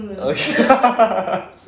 okay